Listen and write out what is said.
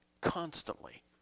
constantly